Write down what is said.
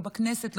לא בכנסת,